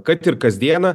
kad ir kasdieną